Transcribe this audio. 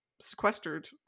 sequestered